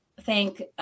thank